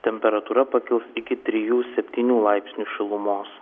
temperatūra pakils iki trijų septynių laipsnių šilumos